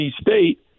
State